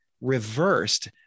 reversed